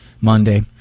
Monday